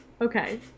Okay